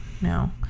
No